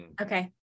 Okay